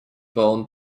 bone